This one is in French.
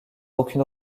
aucune